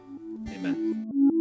amen